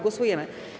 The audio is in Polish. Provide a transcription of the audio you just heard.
Głosujemy.